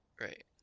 Right